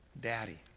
Daddy